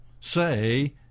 say